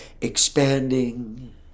expanding